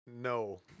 No